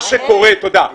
תודה.